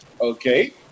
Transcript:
Okay